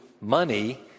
money